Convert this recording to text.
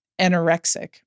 anorexic